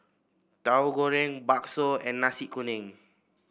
Tahu Goreng bakso and Nasi Kuning